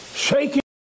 shaking